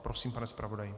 Prosím, pane zpravodaji.